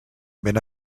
ben